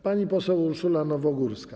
Pani poseł Urszula Nowogórska.